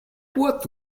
what